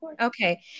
okay